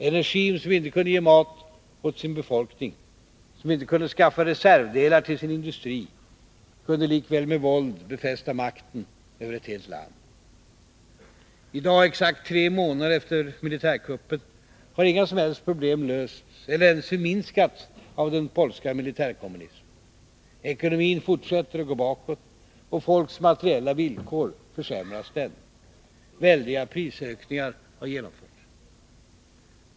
En regim som inte kunde ge mat åt sin befolkning, som inte kunde skaffa reservdelar till sin industri, kunde likväl med våld befästa makten över ett helt land. I dag, exakt tre månader efter militärkuppen, har inga som helst problem lösts eller ens förminskats av den polska militärkommunismen. Ekonomin fortsätter att gå bakåt, och folks materiella villkor försämras ständigt. Väldiga prishöjningar har genomförts.